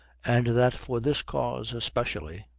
and that for this cause especially,